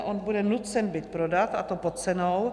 On bude nucen byt prodat, a to pod cenou.